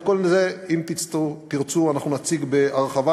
את כל זה, אם תרצו, אנחנו נציג בהרחבה.